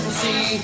see